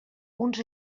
uns